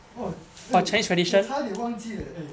!wow! eh 我差点忘记 eh eh